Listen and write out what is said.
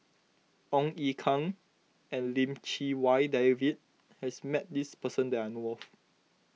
Ong Ye Kung and Lim Chee Wai David has met this person that I know of